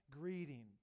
greeting